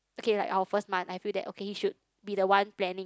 okay like our first month I feel that okay you should be the one planning